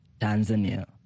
Tanzania